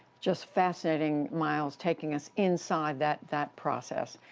just fascinating, miles, taking us inside that that process.